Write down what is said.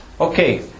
okay